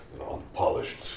Unpolished